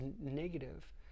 negative